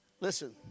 Listen